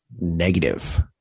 negative